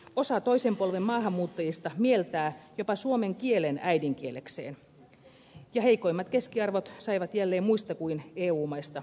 osa toisen polven maahanmuuttajista mieltää jopa suomen kielen äidinkielekseen ja heikoimmat keskiarvot saivat jälleen muista kuin eu maista muuttaneet